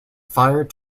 fired